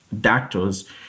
doctors